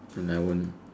and I won't